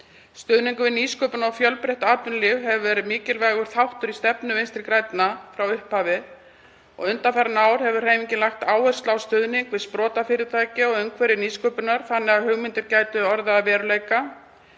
Stuðningur við nýsköpun og fjölbreytt atvinnulíf hefur verið mikilvægur þáttur í stefnu Vinstri grænna frá upphafi. Undanfarin ár hefur hreyfingin lagt áherslu á stuðning við sprotafyrirtæki og umhverfi nýsköpunar þannig að hugmyndir gætu orðið að veruleika,